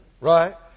Right